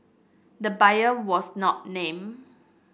the buyer was not named